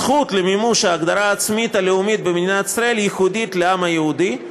הזכות למימוש ההגדרה העצמית הלאומית במדינת ישראל ייחודית לעם היהודי,